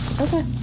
okay